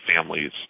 families